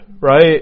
right